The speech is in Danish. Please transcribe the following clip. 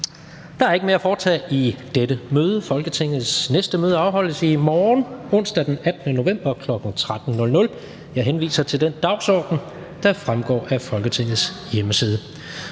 Der er ikke mere at foretage i dette møde. Folketingets næste møde afholdes i morgen, onsdag den 18. november 2020, kl. 13.00. Jeg henviser til den dagsorden, der fremgår af Folketingets hjemmeside.